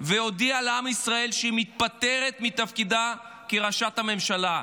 והודיעה לעם ישראל שהיא מתפטרת מתפקידה כראשת הממשלה.